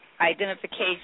identification